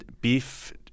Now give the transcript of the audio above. Beef